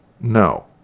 No